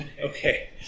Okay